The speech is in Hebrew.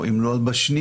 אם לא אז בשנייה,